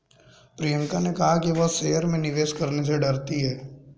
प्रियंका ने कहा कि वह शेयर में निवेश करने से डरती है